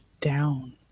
down